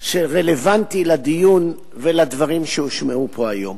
שרלוונטי לדיון ולדברים שהושמעו פה היום.